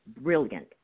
brilliant